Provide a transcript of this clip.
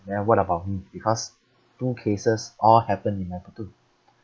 then what about me because two cases all happened in